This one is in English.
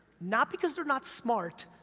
not because they're not smart,